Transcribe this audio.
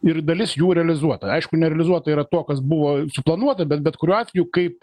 ir dalis jų realizuota aišku nerealizuota yra tuo kas buvo suplanuota bet bet kuriuo atveju kaip